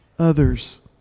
others